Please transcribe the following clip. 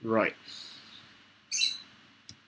right